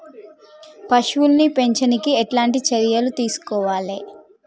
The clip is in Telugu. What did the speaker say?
పశువుల్ని పెంచనీకి ఎట్లాంటి చర్యలు తీసుకోవాలే?